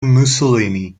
mussolini